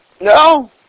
No